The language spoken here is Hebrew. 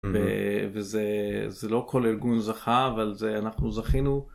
זה זה לא כל ארגון זכה אבל זה אנחנו זכינו.